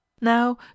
now